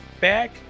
back